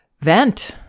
vent